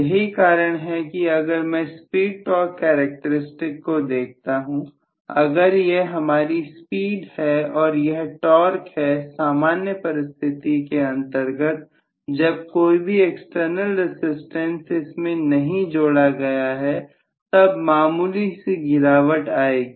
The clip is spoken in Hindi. यही कारण है कि अगर मैं स्पीड टॉर्क करैक्टेरिस्टिक्स को देखता हूं अगर यह हमारी स्पीड है और यह टॉर्क है सामान्य परिस्थितियों के अंतर्गत जब कोई भी एक्सटर्नल रसिस्टेंस इसमें नहीं जोड़ा गया है तब मामूली सी गिरावट आएगी